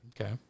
Okay